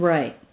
Right